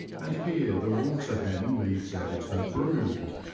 and here the water-hen leads out her brood.